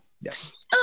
yes